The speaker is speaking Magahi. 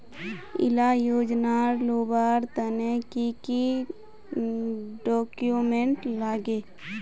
इला योजनार लुबार तने की की डॉक्यूमेंट लगे?